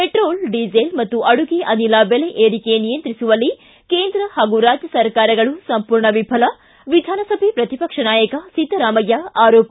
petrol diesel ಮತ್ತು ಅಡುಗೆ ಅನಿಲ ಬೆಲೆ ಏರಿಕೆ ನಿಯಂತ್ರಿಸುವಲ್ಲಿ ಕೇಂದ್ರ ಹಾಗೂ ರಾಜ್ಯ ಸರ್ಕಾರಗಳು ಸಂರ್ಮೂರ್ಣ ವಿಫಲ ವಿಧಾನಸಭೆ ಪ್ರತಿಪಕ್ಷ ನಾಯಕ ಸಿದ್ದರಾಮಯ್ಯ ಆರೋಪ